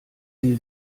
sie